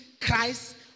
Christ